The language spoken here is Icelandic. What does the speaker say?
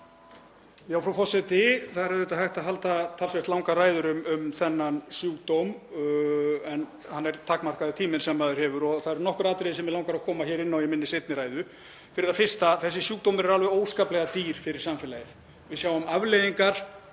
Frú forseti. Það er auðvitað hægt að halda talsvert langar ræður um þennan sjúkdóm en tíminn sem maður hefur er takmarkaður og það eru nokkur atriði sem mig langar að koma inn á í minni seinni ræðu. Fyrir það fyrsta: Þessi sjúkdómur er alveg óskaplega dýr fyrir samfélagið. Við sjáum afleiðingar